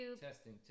testing